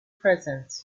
present